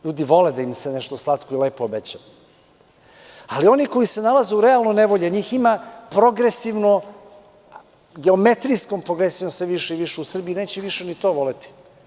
Ljudi vole da im se nešto slatko i lepo obeća, ali oni koji se nalaze u realnoj nevolji, a njih ima progresivno u geometrijskom pogledu sve više i više u Srbiji i neće više ni to voleti.